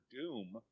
Doom